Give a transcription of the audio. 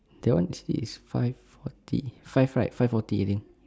that one cheese is five forty five right five forty I think